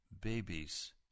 babies